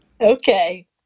Okay